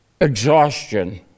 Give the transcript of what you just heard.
exhaustion